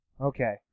Okay